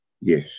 Yes